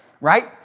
right